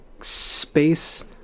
space